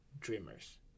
dreamers